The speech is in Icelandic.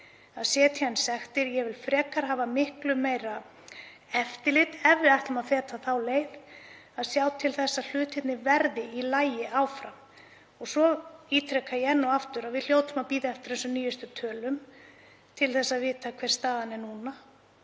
að setja inn sektir. Ég vil frekar hafa miklu meira eftirlit ef við ætlum að feta þá leið að sjá til þess að hlutirnir verði í lagi áfram. Ég ítreka enn og aftur að við hljótum að bíða eftir þessum nýjustu tölum til að vita hver staðan er núna,